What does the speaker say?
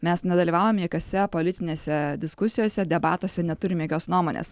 mes nedalyvaujame jokiose politinėse diskusijose debatuose neturim jokios nuomonės